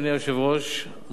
אדוני היושב-ראש,